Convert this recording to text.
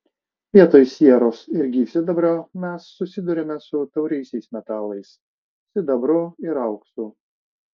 vietoj sieros ir gyvsidabrio mes susiduriame su tauriaisiais metalais sidabru ir auksu